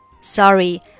Sorry